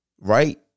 right